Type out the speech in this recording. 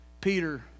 Peter